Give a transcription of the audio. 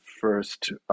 first